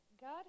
God